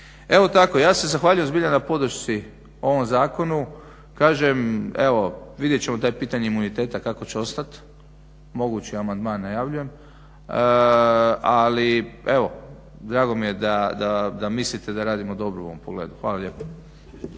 Evo tako, ja se zahvaljujem zbilja na podršci ovom zakonu. Kažem, evo vidjet ćemo to pitanje imuniteta kako će ostati. Mogući amandman najavljujem, ali evo drago mi je da mislite da radimo dobro u ovom pogledu. Hvala lijepa.